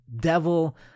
devil